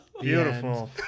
Beautiful